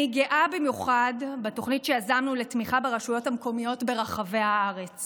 אני גאה במיוחד בתוכנית שיזמנו לתמיכה ברשויות המקומיות ברחבי הארץ